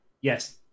Yes